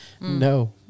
No